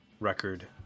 record